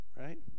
right